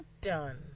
done